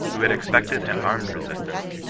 who had expected an armed resistance,